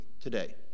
today